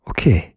Okay